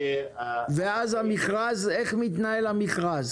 ואז איך מתנהל המכרז?